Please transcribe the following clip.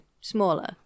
smaller